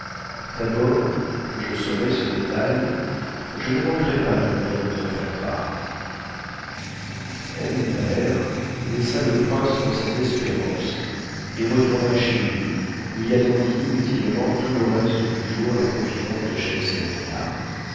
d'abord que je saurai ce détail je ne manquerai pas de venir vous en faire part ebn thaher laissa le prince dans cette espérance et retourna chez lui où il attendit inutilement tout le reste du jour la confidente de